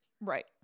Right